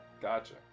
Gotcha